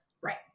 Right